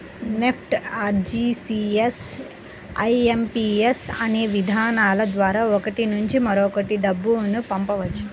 NEFT, RTGS, IMPS అనే విధానాల ద్వారా ఒకరి నుంచి మరొకరికి డబ్బును పంపవచ్చు